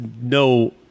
no